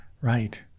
Right